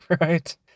right